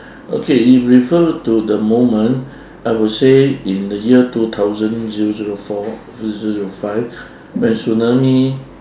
okay you refer to the moment I would say in the year two thousand zero zero four zero zero zero five when tsunami